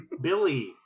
Billy